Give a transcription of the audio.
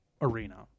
arena